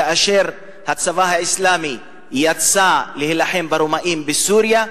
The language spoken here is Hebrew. כאשר הצבא האסלאמי יצא להילחם ברומאים בסוריה,